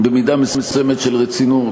במידה מסוימת של רצינות,